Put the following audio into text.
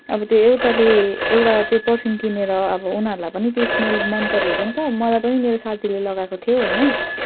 अब त्यो एउटाले एउटा त्यो परफ्युम किनेर अब उनीहरूलाई पनि त्यो स्मेल मनपऱ्यो अरे नि त मलाई पनि मेरो साथीले लगाएको थियो होइन